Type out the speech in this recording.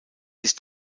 ist